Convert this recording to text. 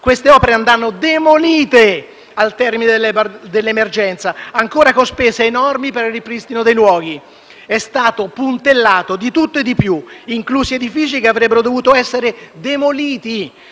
queste opere andranno demolite al termine dell’emergenza, con altre spese enormi per il ripristino dei luoghi. È stato puntellato di tutto e di più, inclusi edifici che avrebbero dovuto essere demoliti.